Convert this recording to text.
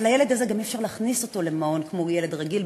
אבל את הילד הזה גם אי-אפשר להכניס למעון כמו ילד רגיל,